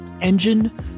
engine